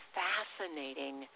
fascinating